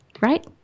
Right